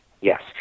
Yes